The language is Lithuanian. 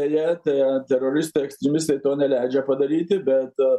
deja tie teroristai ekstremistai to neleidžia padaryti bet